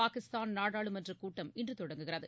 பாகிஸ்தான் நாடாளுமன்றக் கூட்டம் இன்றுதொடங்குகிறது